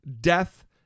death